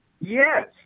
Yes